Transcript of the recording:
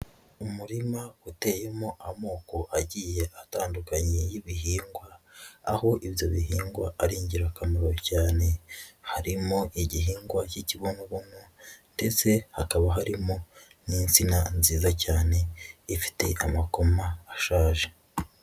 Umurima uteyemo amoko agiye atandukanye y'ibihingwa, aho ibyo bihingwa ari ingirakamaro cyane harimo igihingwa cy'ikibonobono ndetse hakaba harimo n'insina nziza cyane, ifite amakoma ashaje.